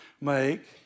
make